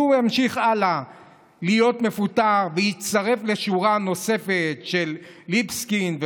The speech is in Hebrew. שהוא ימשיך הלאה להיות מפוטר ויצטרף לשורה של ליבסקינד וסג"ל,